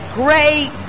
great